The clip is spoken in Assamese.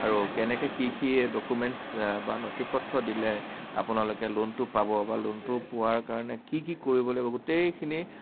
আৰু কেনেকৈ কি কি ডকুমেণ্টছ বা নথিপত্ৰ দিলে আপোনালোকে লোনটো পাব বা লোনটো পোৱাৰ কাৰণে কি কি কৰিব লাগিব গোটেইখিনি